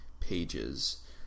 pages